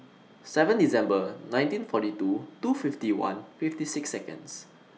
seven December nineteen forty two two fifty one fifty six Seconds